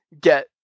get